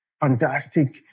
fantastic